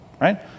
right